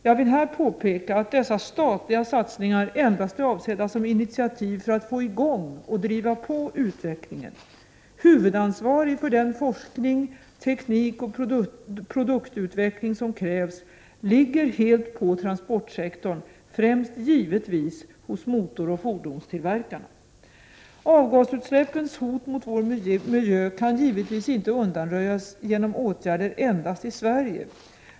Jag vill här påpeka att dessa statliga satsningar endast är avsedda som initiativ för att få i gång och driva på utvecklingen. Huvudansvaret för den forskning samt den teknikoch produktutveckling som krävs ligger helt på transportsektorn, främst givetvis hos motoroch fordonstillverkarna. Avgasutsläppens hot mot vår miljö kan naturligtvis inte undanröjas genom åtgärder endast i Sverige.